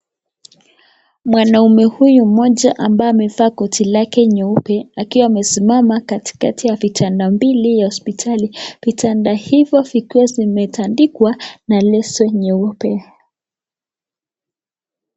Mwanaume huyu mmoja ambaye amevaa koti lake nyeupe, akiwa amesimama katikati ya vitanda mbili, hospitali. Vitanda hivyo vikiwa zimetandikwa na leso nyeupe.